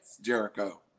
Jericho